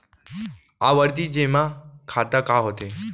आवर्ती जेमा खाता का होथे?